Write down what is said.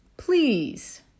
Please